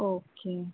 okay